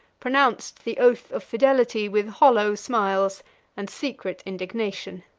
pronounced the oath of fidelity with hollow smiles and secret indignation.